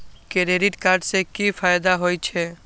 Credit card से कि फायदा होय छे?